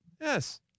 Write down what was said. Yes